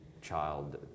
child